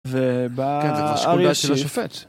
ובא... כן, זה כבר שקול דעת של השופט.